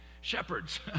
Shepherds